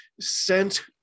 sent